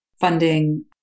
funding